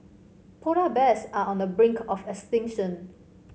polar bears are on the brink of extinction